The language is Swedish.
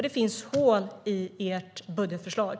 Det finns hål i ert budgetförslag.